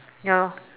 ya lor